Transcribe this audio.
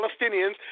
Palestinians